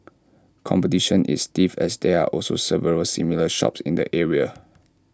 competition is stiff as there are also several similar shops in the area